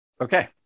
Okay